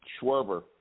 Schwerber